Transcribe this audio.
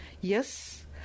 Yes